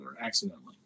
accidentally